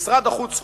משרד החוץ הורה: